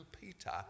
Peter